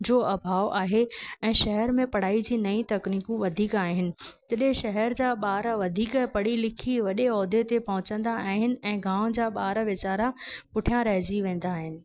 जो अभाव आहे ऐं शहर में पढ़ाई जी नई तकनीकूं वधीक आहिनि तॾहिं शहर जा ॿार वधीक पढ़ी लिखी वॾे औहदे ते पोहचंदा आहिनि ऐं गाओ जा ॿार वीचारा पुठिया रहिजी वेंदा आहिनि